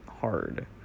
hard